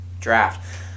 draft